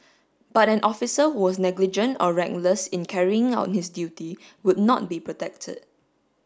but an officer who was negligent or reckless in carrying out his duty would not be protected